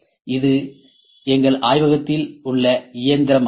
இது எங்கள் ஆய்வகத்தில் உள்ள இயந்திரம் ஆகும்